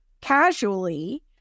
casually